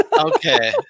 Okay